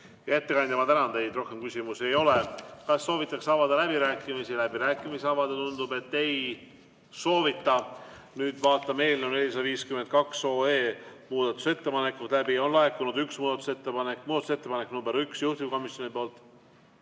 ettekandja, ma tänan teid. Rohkem küsimusi ei ole. Kas soovitakse avada läbirääkimisi? Läbirääkimisi avada, tundub, ei soovita. Nüüd vaatame eelnõu 452 muudatusettepanekud läbi. On laekunud üks muudatusettepanek: muudatusettepanek nr 1 juhtivkomisjonilt.